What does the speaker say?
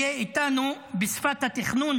יהיה בשפת התכנון,